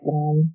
one